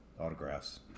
autographs